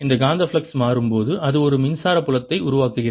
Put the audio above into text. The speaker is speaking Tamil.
காந்தப் பிளக்ஸ் மாறும்போது அது ஒரு மின்சார புலத்தை உருவாக்குகிறது